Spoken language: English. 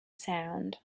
sound